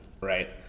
right